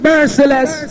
Merciless